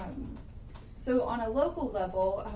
so on a local level,